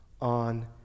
on